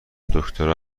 دکترا